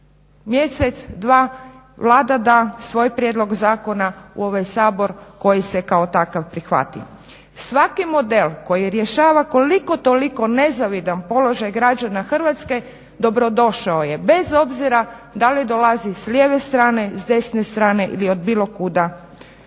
mjesec, dva Vlada da svoj prijedlog zakona u ovaj Sabor koji se kako takav prihvati. Svaki model koji rješava koliko toliko nezavidan položaj građana Hrvatske, dobro došao je bez obzira da li dolazi s lijeve strane, s desne strane ili od bilo kuda,